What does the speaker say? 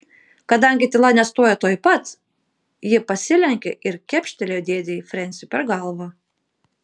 kadangi tyla nestojo tuoj pat ji pasilenkė ir kepštelėjo dėdei frensiui per galvą